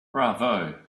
bravo